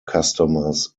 customers